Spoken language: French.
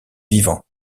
vivants